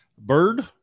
bird